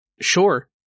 Sure